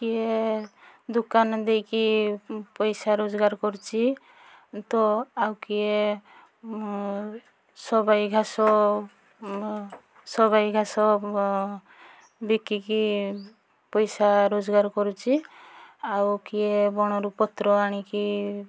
କିଏ ଦୋକାନ ଦେଇକି ପଇସା ରୋଜଗାର କରୁଛି ତ ଆଉ କିଏ ସବାଇ ଘାସ ସବାଇ ଘାସ ବିକିକି ପଇସା ରୋଜଗାର କରୁଛି ଆଉ କିଏ ବଣରୁ ପତ୍ର ଆଣିକି